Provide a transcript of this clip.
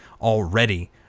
already